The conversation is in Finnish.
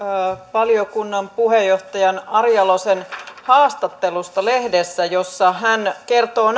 valiokunnan puheenjohtajan ari jalosen haastattelusta lehdessä jossa hän kertoo